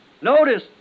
notice